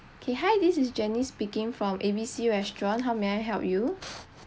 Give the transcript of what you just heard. okay hi this is janice speaking from A B C restaurant how may I help you